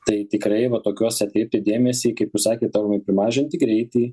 tai tikrai va tokiose atkreipė dėmesį kaip jūs sakėt aurimai primažinti greitį